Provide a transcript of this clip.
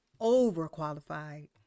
overqualified